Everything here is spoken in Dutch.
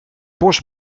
bos